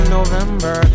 November